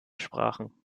sprachen